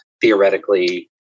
theoretically